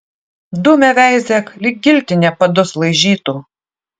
dumia veizėk lyg giltinė padus laižytų